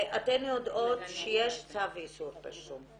ואתן יודעות שיש צו איסור פרסום.